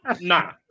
nah